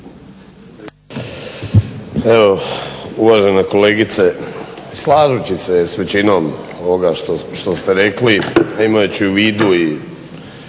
Evo uvažena kolegice slažeći se s većinom ovoga što ste rekli imajući u vidu i